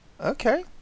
Okay